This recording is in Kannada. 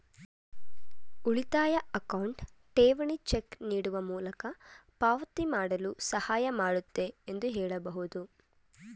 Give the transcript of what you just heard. ಉಳಿತಾಯ ಅಕೌಂಟ್ ಠೇವಣಿ ಚೆಕ್ ನೀಡುವ ಮೂಲಕ ಪಾವತಿ ಮಾಡಲು ಸಹಾಯ ಮಾಡುತ್ತೆ ಎಂದು ಹೇಳಬಹುದು